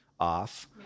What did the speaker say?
off